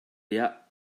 der